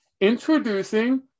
introducing